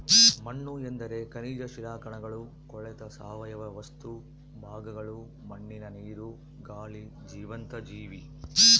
ಮಣ್ಣುಎಂದರೆ ಖನಿಜ ಶಿಲಾಕಣಗಳು ಕೊಳೆತ ಸಾವಯವ ವಸ್ತು ಭಾಗಗಳು ಮಣ್ಣಿನ ನೀರು, ಗಾಳಿ ಜೀವಂತ ಜೀವಿ